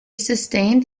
sustained